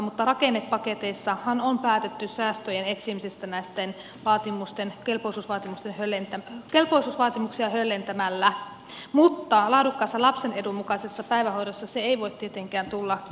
rakennepaketissahan on päätetty säästöjen etsimisestä näitä kelpoisuusvaatimuksia höllentämällä mutta laadukkaassa lapsen edun mukaisessa päivähoidossa se ei voi tietenkään tulla kysymykseen